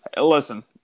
Listen